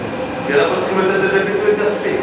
כי אנחנו רוצים לתת לזה ביטוי כספי.